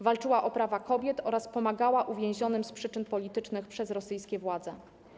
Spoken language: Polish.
Walczyła o prawa kobiet oraz pomagała uwięzionym z przyczyn politycznych przez rosyjskie władze.